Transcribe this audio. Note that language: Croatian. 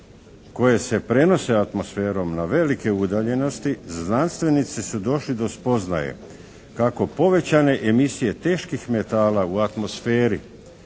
koje se prenose atmosferom na velike udaljenosti znanstvenici su došli do spoznaje kako povećane emisije teških metala u atmosferi